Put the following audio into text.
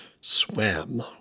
Swam